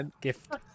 Gift